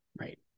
Right